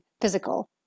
physical